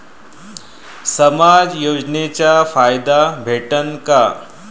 समाज योजनेचा फायदा भेटन का?